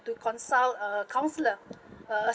to consult a counsellor a